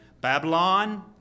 Babylon